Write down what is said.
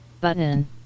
Button